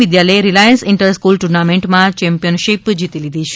વિદ્યાલયે Reliance inter school ટુર્નામેન્ટમાં championship જીતી લીધી છે